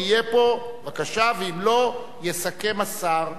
אם יהיה פה, בבקשה, ואם לא, יסכם השר,